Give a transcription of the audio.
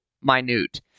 minute